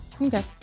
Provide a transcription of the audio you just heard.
Okay